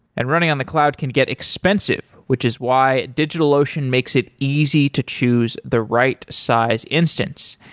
and running on the cloud can get expensive, which is why digitalocean makes it easy to choose the right size instance.